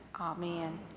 Amen